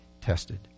tested